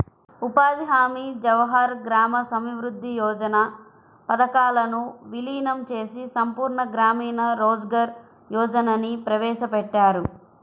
ఉపాధి హామీ, జవహర్ గ్రామ సమృద్ధి యోజన పథకాలను వీలీనం చేసి సంపూర్ణ గ్రామీణ రోజ్గార్ యోజనని ప్రవేశపెట్టారు